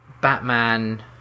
batman